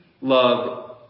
love